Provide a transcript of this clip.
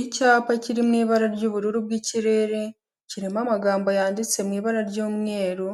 Icyapa kiri mu ibara ry'ubururu bw'ikirere, kirimo amagambo yanditse mu ibara ry'umweru,